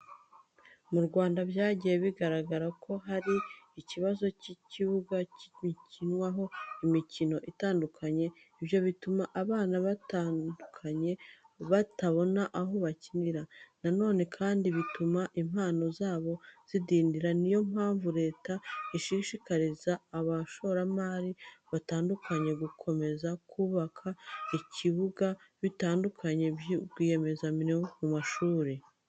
Mu Rwanda byagiye bigaragara ko hari ikibazo cy'ibibuga bikinirwaho imikino itandukanye, ibyo bituma abana batandukanye batabona aho gukinira. Na none kandi bituma impano zabo zidindira, ni yo mpamvu leta ishishikariza abashoramari batandukanye gukomeza kubaka ibibuga bitandukanye by'umwihariko mu mashuri.